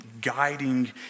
guiding